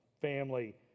family